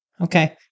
okay